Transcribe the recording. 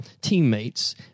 teammates